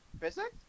physics